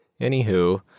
Anywho